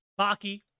Baki